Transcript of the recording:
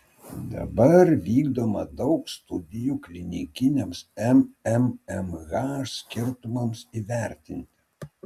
dabar vykdoma daug studijų klinikiniams mmmh skirtumams įvertinti